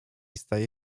staje